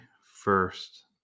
first